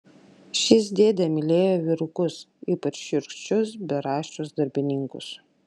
šis dėdė mylėjo vyrukus ypač šiurkščius beraščius darbininkus